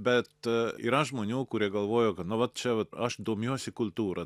bet yra žmonių kurie galvojo kad na va čia vat aš domiuosi kultūra